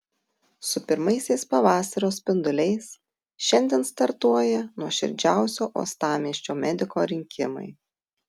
su pirmaisiais pavasario spinduliais šiandien startuoja nuoširdžiausio uostamiesčio mediko rinkimai